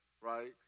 right